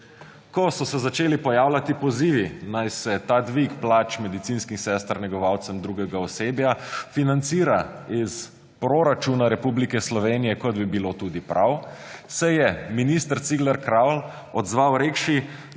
Ko so se začeli pojavljati pozivi, naj se ta dvig plač medicinskih sester, negovalcev, drugega osebja financira iz proračuna Republike Slovenije, kot bi bilo tudi prav, se je minister Cigler Kralj odzval, rekši,